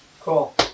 Cool